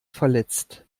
verletzt